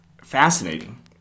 fascinating